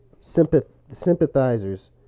sympathizers